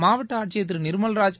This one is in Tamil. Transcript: மாவட்ட ஆட்சியர் திரு நிர்மல்ராஜ்